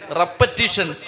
repetition